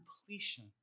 completion